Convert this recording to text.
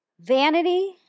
Vanity